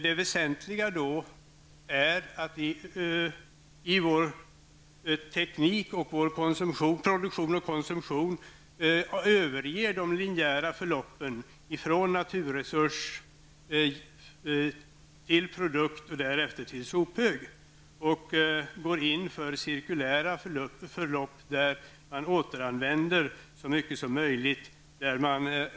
Det väsentliga är att vi i vår teknik och vår produktion och konsumtion överger de linjära förloppen, dvs. från naturresurs till produkt och därefter till sophög, och i stället går in för cirkulära förlopp där man återanvänder så mycket som möjligt.